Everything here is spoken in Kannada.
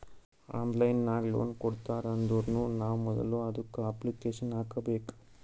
ಆನ್ಲೈನ್ ನಾಗ್ ಲೋನ್ ಕೊಡ್ತಾರ್ ಅಂದುರ್ನು ನಾವ್ ಮೊದುಲ ಅದುಕ್ಕ ಅಪ್ಲಿಕೇಶನ್ ಹಾಕಬೇಕ್